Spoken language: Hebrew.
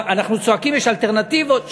אנחנו צועקים יש אלטרנטיבות,